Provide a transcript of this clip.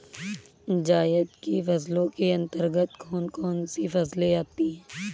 जायद की फसलों के अंतर्गत कौन कौन सी फसलें आती हैं?